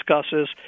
discusses